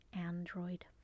Android